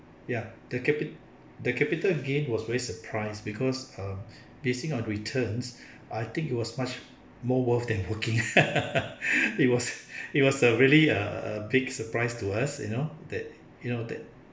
ya the capi~ the capital gain was very surprised because uh basing on returns I think it was much more worth than working it was it was a really uh a big surprise to us you know that you know that